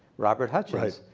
robert hutchens,